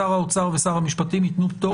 שר האוצר ושר המשפטים ייתנו פטור